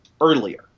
earlier